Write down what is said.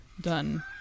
done